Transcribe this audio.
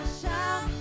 shout